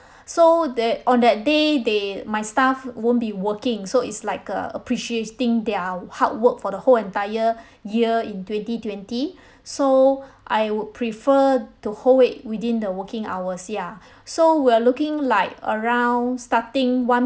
so that on that day they my staff w~ won't be working so it's like uh appreciating their w~ hard work for the whole entire year in twenty twenty so I would prefer to hold it within the working hours ya so we're looking like around starting